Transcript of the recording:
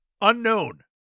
unknown